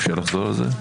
אפשר לחזור על זה?